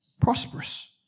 prosperous